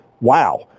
Wow